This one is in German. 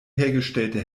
hergestellte